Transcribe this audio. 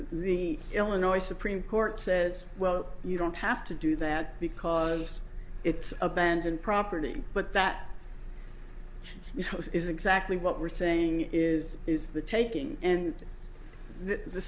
the illinois supreme court says well you don't have to do that because it's abandoned property but that is exactly what we're saying is is the taking and the